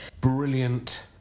Brilliant